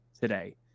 today